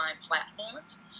platforms